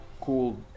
cool